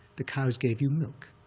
the cows gave you milk.